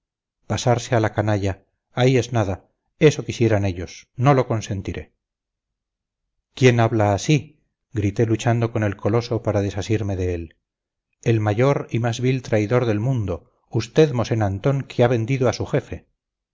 pasarse a la canalla ahí es nada eso quisieran ellos no lo consentiré quién habla así grité luchando con el coloso para desasirme de él el mayor y más vil traidor del mundo usted mosén antón que ha vendido a su jefe